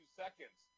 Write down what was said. seconds